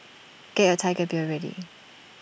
get your Tiger Beer ready